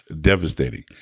devastating